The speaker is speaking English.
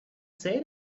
say